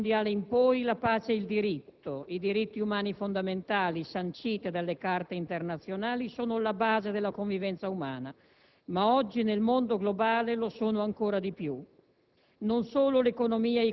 Dal secondo conflitto mondiale in poi la pace e il diritto, i diritti umani fondamentali sanciti dalle Carte internazionali, sono la base della convivenza umana ma oggi nel mondo globale lo sono ancora di più.